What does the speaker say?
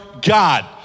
God